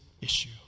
issue